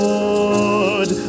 Lord